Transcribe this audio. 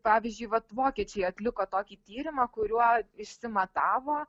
pavyzdžiui vat vokiečiai atliko tokį tyrimą kuriuo išsimatavo